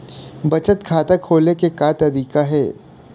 बचत खाता खोले के का तरीका हे?